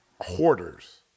hoarders